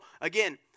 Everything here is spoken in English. again